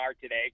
today